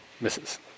Misses